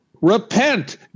repent